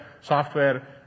software